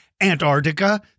Antarctica